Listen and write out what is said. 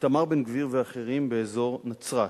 איתמר בן-גביר ואחרים באזור נצרת.